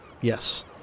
Yes